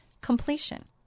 completion